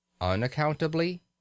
Unaccountably